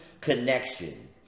connection